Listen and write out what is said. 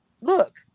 look